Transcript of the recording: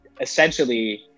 essentially